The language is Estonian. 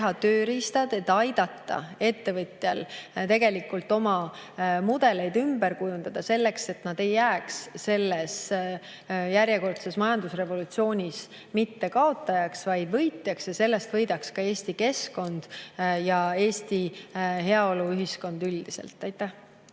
teha tööriistad, et aidata ettevõtjatel mudeleid ümber kujundada, et nad ei jääks selles järjekordses majandusrevolutsioonis mitte kaotajaks, vaid oleksid võitjad. Sellest võidaksid Eesti keskkond ja Eesti heaoluühiskond üldiselt. Aitäh!